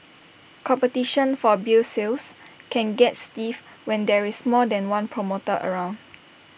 competition for beer sales can get stiff when there is more than one promoter around